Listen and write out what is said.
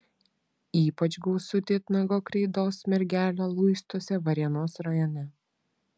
ypač gausu titnago kreidos mergelio luistuose varėnos rajone